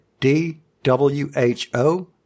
DWHO